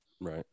Right